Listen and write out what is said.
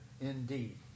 indeed